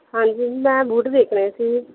ਹਾਂਜੀ ਮੈਂ ਬੂਟ ਦੇਖਣੇ ਸੀ